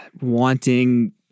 wanting